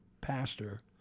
pastor